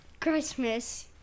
Christmas